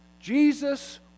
Jesus